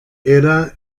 era